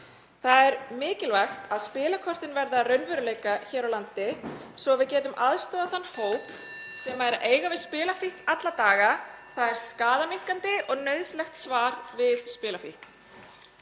Það er mikilvægt að spilakortin verði að raunveruleika hér á landi svo að við getum aðstoðað þann hóp sem glímir við spilafíkn alla daga. Það er skaðaminnkandi og nauðsynlegt svar við spilafíkn.